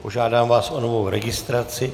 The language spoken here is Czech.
Požádám vás o novou registraci.